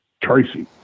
Tracy